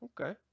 Okay